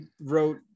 wrote